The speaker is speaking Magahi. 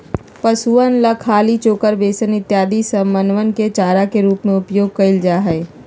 पशुअन ला खली, चोकर, बेसन इत्यादि समनवन के चारा के रूप में उपयोग कइल जाहई